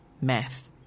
math